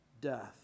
death